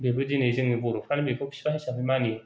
बेबो दिनै जोङो बर'फ्रानो बेखौ बिफा हिसाबै होननानै मानियो